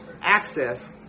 access